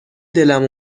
دلم